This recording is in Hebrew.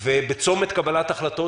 ובצומת קבלת החלטות.